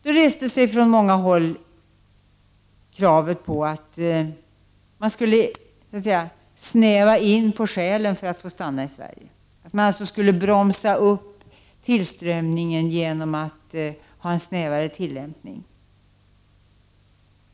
Det restes från många håll krav på att flyktingarnas skäl för att få stanna i Sverige skulle så att säga snävas in, man skulle alltså bromsa tillströmningen genom en snävare tillämpning.